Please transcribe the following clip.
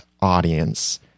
audience